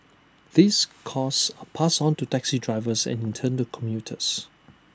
these costs are passed on to taxi drivers and in turn to commuters